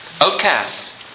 Outcasts